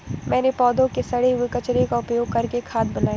मैंने पौधों के सड़े हुए कचरे का उपयोग करके खाद बनाई